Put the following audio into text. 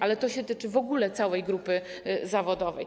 Ale to dotyczy w ogóle całej grupy zawodowej.